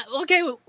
okay